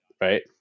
right